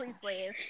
please